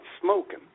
smoking